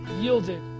yielded